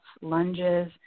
lunges